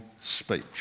speech